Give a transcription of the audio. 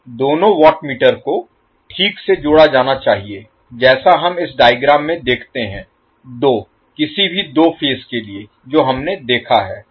दोनों wattmeter को ठीक से जोड़ा जाना चाहिए जैसा हम इस डायग्राम में देखते हैं दो किसी भी दो फेज के लिए जो हमने देखा है